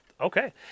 okay